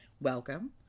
welcome